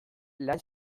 lan